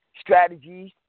strategies